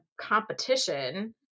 competition